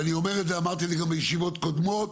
אמרתי את זה גם בישיבות קודמות